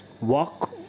walk